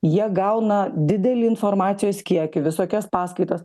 jie gauna didelį informacijos kiekį visokias paskaitas